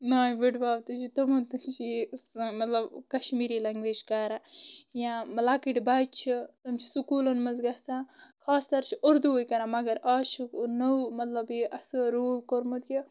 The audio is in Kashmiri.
نانۍ بٕڈبب تہِ چھِ تِہنٛد تہِ چھُ یہ مطلب کشمیٖری لینگویج کران یا لَکٕٹ بچہِ یِم چھِ سکولن منٛز گژھان خاص تر چھِ اُردوٕے کران مگر آز چھُکھ نوٚو مطلب یہ اصل روٗل کورمُت یہ